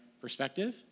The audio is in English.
perspective